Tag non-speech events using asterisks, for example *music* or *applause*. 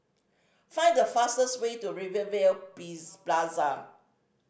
find the fastest way to Rivervale *unintelligible* Plaza